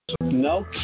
No